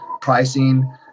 pricing